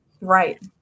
Right